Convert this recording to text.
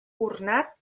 ornat